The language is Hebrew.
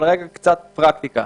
קצת פרקטיקה: